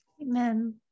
Amen